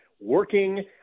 working